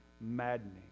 maddening